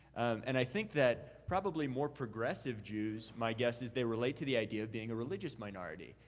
and i think that probably more progressive jews, my guess is they relate to the idea of being a religious minority.